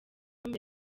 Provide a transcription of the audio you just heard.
mbere